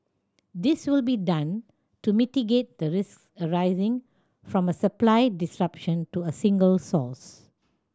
this will be done to mitigate the risks arising from a supply disruption to a single source